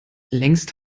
längst